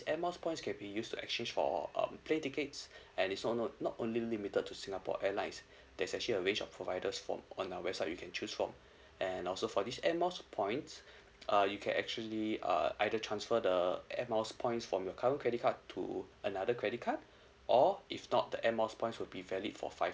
Air Miles points can be used to exchange for um plane tickets and it so not not only limited to singapore airlines there's actually a range of providers from on our website you can choose from and also for this Air Miles points uh you can actually uh either transfer the Air Miles points from your current credit card to another credit card or if not the Air Miles points will be valid for five